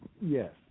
Yes